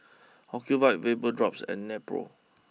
Ocuvite Vapodrops and Nepro